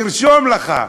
תרשום לך,